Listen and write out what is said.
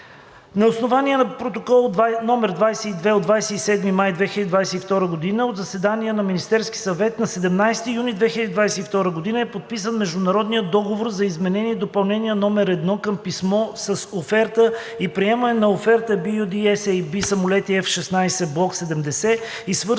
На основание на Протокол № 22 от 27 май 2022 г. от заседание на Министерския съвет на 17 юни 2022 г. е подписан международният договор за Изменение и допълнение № 1 към Писмо с оферта и приемане на офертата (LOA) BU-D-SAB „Самолети F-16 Block 70 и свързана